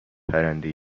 پرنده